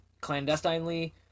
clandestinely